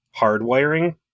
hardwiring